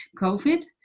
COVID